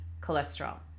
cholesterol